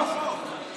בוא,